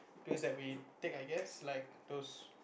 pills that we take I guess like those